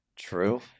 True